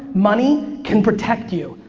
money, can protect you.